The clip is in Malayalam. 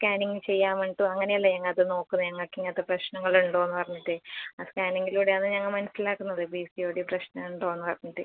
സ്കാനിംഗ് ചെയ്യാൻ വേണ്ടിയിട്ട് അങ്ങനെ അല്ലേ അത് നോക്കുന്നത് ഞങ്ങൾക്ക് ഇങ്ങനത്തെ പ്രശ്നങ്ങൾ ഉണ്ടോ എന്ന് അറിഞ്ഞിട്ട് ആ സ്കാനിംഗിലൂടെ ആണ് ഞങ്ങൾ മനസ്സിലാക്കുന്നത് പി സി ഒ ഡി പ്രശ്നമുണ്ടോ എന്ന് അറിഞ്ഞിട്ട്